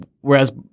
whereas